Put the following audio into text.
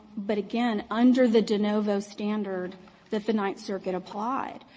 but, again, under the de novo standard that the ninth circuit applied,